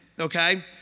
okay